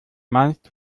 meinst